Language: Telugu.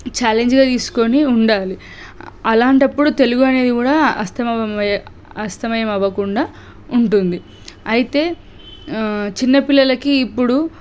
ఛాలెంజ్గా తీసుకొని ఉండాలి అలాంటప్పుడు తెలుగు అనేది కూడా అస్తమమం అస్తమయం అవ్వకుండా ఉంటుంది అయితే చిన్నపిల్లలకి ఇప్పుడు